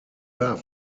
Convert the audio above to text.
war